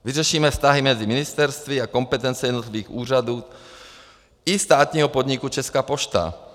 Vyřešíme vztahy mezi ministerstvy a kompetence jednotlivých úřadů i státního podniku Česká pošta.